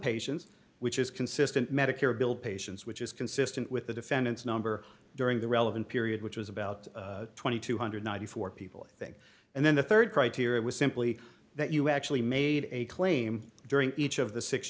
patients which is consistent medicare bill patients which is consistent with the defendant's number during the relevant period which was about two thousand two hundred and ninety four people i think and then the rd criteria was simply that you actually made a claim during each of the six